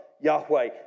Yahweh